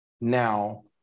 now